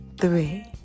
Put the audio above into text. three